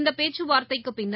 இந்தபேச்சுவார்த்தைக்குபின்னர்